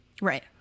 Right